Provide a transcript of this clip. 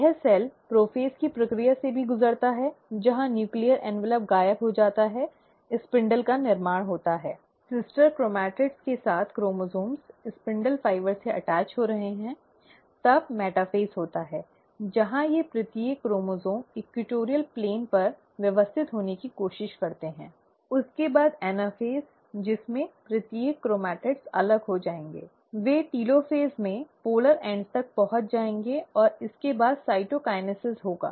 यह cell prophase की प्रक्रिया से भी गुजरता है जहां नूक्लीअर ऍन्वलप् गायब हो जाता है स्पिंडल का निर्माण होता है सिस्टर क्रोमैटिड के साथ क्रोमोसोम्स स्पिंडल फाइबर से अटैच हो रहे हैं तब मेटाफ़ेज़ होता है जहाँ ये प्रत्येक क्रोमोसोम् इक्वेटोरियल प्लेन पर व्यवस्थित होने की कोशिश करते हैं उसके बाद एनाफ़ेज़ जिसमें प्रत्येक क्रोमैटिड्स अलग हो जाएंगे वे टेलोफ़ेज़ में ध्रुवीय छोरतक पहुँच जाएंगे और इसके बाद साइटोकाइनेसिस होगा